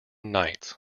knights